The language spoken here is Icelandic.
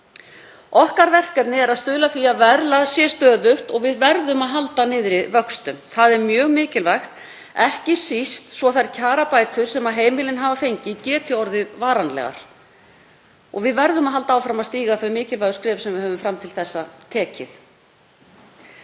Okkar verkefni er að stuðla að því að verðlag sé stöðugt og við verðum að halda niðri vöxtum. Það er mjög mikilvægt, ekki síst svo þær kjarabætur sem heimilin hafa fengið geti orðið varanlegar. Við verðum að halda áfram að stíga þau mikilvægu skref sem við höfum fram til þessa tekið.